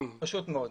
פשוט מאוד.